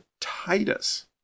Titus